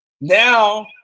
Now